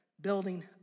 building